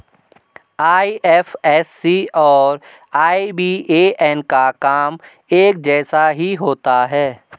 IFSC और IBAN का काम एक जैसा ही होता है